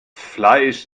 fleisch